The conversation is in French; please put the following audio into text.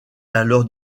alors